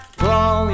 blow